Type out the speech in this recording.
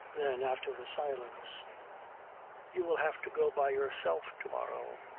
then after a silence you will have to go by yourself to-morrow.